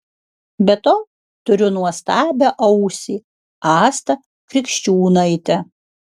be to turiu nuostabią ausį astą krikščiūnaitę